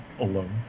alone